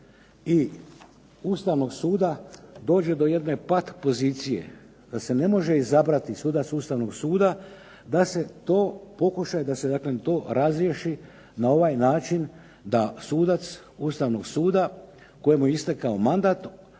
i Ustavnog suda dođe do jedne pat pozicije da se ne može izabrati sudac Ustavnog suda da se to pokuša da se to razriješi na ovaj način da sudac Ustavnog suda kojemu je istekao mandat